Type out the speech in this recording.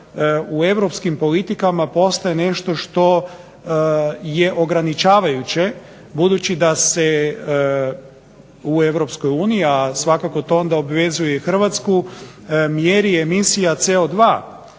u europskim politikama postaje nešto što je ograničavajuće budući da se u EU, a svakako to onda obvezuje i Hrvatsku, mjeri emisija CO2.